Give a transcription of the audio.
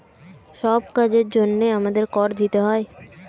সব কাজের জন্যে আমাদের কর দিতে হয়